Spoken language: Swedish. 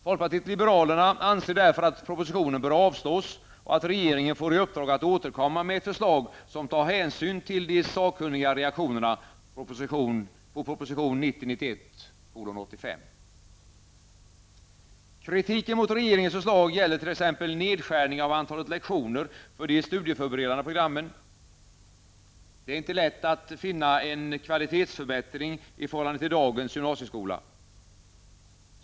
Folkpartiet liberalerna anser därför att propositionen bör avslås och att regeringen får i uppdrag att återkomma med ett förslag, som tar hänsyn till de sakkunniga reaktionerna på proposition 1990/91:85. Kritiken mot regeringens förslag gäller t.ex. nedskärningen av antalet lektioner för de studieförberedande programmen. Det är inte lätt att finna en kvalitetsförbättring i förhållande till dagens gymnasieskola.